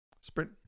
Sprint